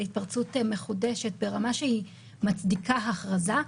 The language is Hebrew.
להתפרצות מחודשת ברמה שהיא מצדיקה הכרזה,